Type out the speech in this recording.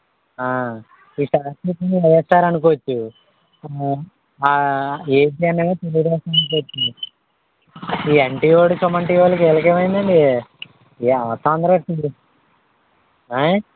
ఈ సాక్షి వచ్చేసి వైఎస్ఆర్ అనుకోవచ్చు ఎబిఎన్ ఏమో తెలుగుదేశం అనుకోచ్చు ఈ ఎన్టీవాడు సుమన్టీవోళ్ళకి వీళ్ళకేమయిందండి ఏం తొందరొచ్చిందో ఆయ్